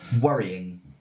Worrying